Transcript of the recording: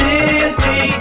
Simply